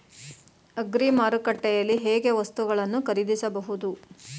Agri ಮಾರುಕಟ್ಟೆಯಲ್ಲಿ ಹೇಗೆ ವಸ್ತುಗಳನ್ನು ಖರೀದಿಸಬಹುದು?